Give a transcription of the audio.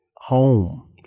home